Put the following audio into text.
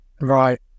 right